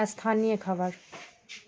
स्थानीय खबर